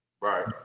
right